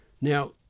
Now